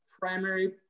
primary